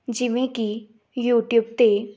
ਜਿਵੇਂ ਕਿ ਯੂਟੀਊਬ 'ਤੇ